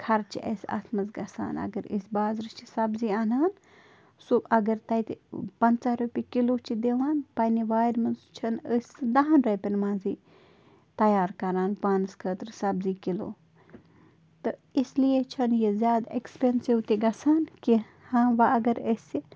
خرچہِ اَسہِ اَتھ منٛز گژھان اگر أسۍ بازرٕ چھِ سبزی اَنان سُہ اَگر تَتہِ پنٛژاہ رۄپیہِ کِلوٗ چھِ دِوان پنٛنہِ وارِ منٛز چھِنہٕ أسۍ دَہَن رۄپیَن منٛزٕے تیار کران پانَس خٲطرٕ سبزی کِلوٗ تہٕ اس لیے چھِنہٕ یہِ زیادٕ اٮ۪کٕسپٮ۪نسِو تہِ گژھان کیٚنہہ ہاں وۄنۍ اگر أسہِ